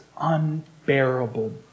unbearable